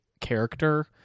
character